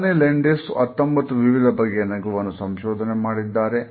Carney Landis 19 ವಿವಿಧ ಬಗೆಯ ನಗುವನ್ನು ಸಂಶೋಧನೆ ಮಾಡಿದ್ದಾರೆ